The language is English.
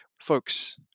folks